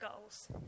goals